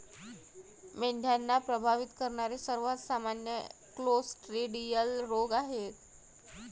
मेंढ्यांना प्रभावित करणारे सर्वात सामान्य क्लोस्ट्रिडियल रोग आहेत